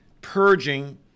purging